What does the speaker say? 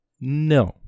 No